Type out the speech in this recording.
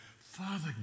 Father